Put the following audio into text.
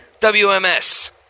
WMS